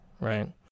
right